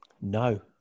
No